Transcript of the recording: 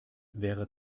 wäre